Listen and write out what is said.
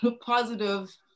positive